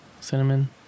cinnamon